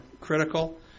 critical